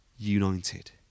United